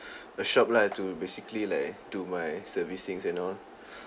a shop lah to basically like do my servicings and all